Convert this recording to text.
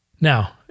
now